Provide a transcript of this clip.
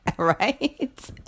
Right